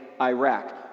Iraq